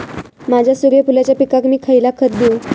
माझ्या सूर्यफुलाच्या पिकाक मी खयला खत देवू?